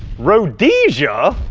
rhodesia?